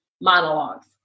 monologues